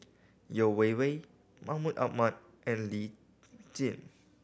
Yeo Wei Wei Mahmud Ahmad and Lee Tjin